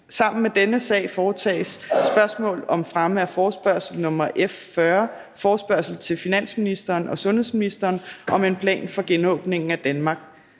(Anmeldelse 27.01.2021). 2) Spørgsmål om fremme af forespørgsel nr. F 40: Forespørgsel til finansministeren og sundhedsministeren om en plan for genåbningen af Danmark.